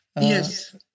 Yes